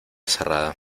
cerrada